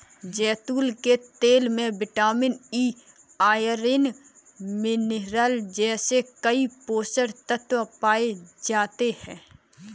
जैतून के तेल में विटामिन ई, आयरन, मिनरल जैसे कई पोषक तत्व पाए जाते हैं